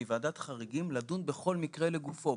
מוועדת חריגים לדון בכל מקרה לגופו,